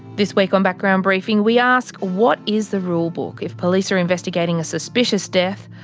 this week on background briefing, we ask what is the rulebook? if police are investigating a suspicious death,